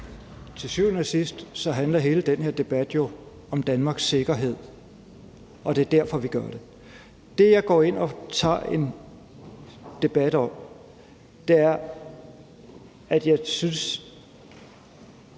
Til syvende og sidst handler hele den her debat jo om Danmarks sikkerhed, og det er derfor, vi gør det. Det, jeg går ind og tager en debat om, er nuancerne